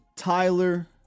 Tyler